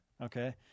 Okay